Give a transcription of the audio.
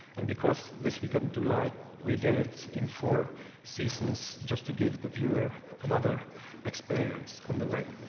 and because this we couldn't do live, we did it in four seasons just to give the viewer another experience on the way.